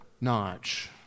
notch